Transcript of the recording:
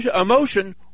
emotion